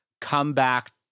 comeback